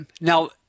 Now